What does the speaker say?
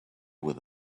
with